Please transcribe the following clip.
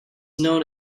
known